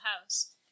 house